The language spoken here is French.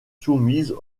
soumises